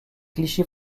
clichés